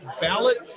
ballot